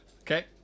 Okay